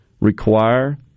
require